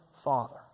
father